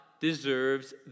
deserves